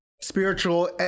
spiritual